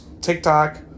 TikTok